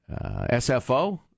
SFO